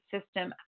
system